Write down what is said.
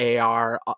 AR